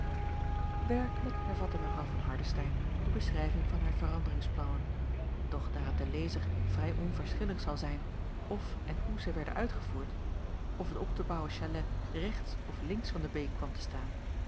werkelijk hervatte mw van hardestein de beschrijving van haar veranderingsplannen doch daar het den lezer vrij onverschillig zal zijn of en hoe zij werden uitgevoerd of het op te bouwen chalet rechts of links van de beek kwam te staan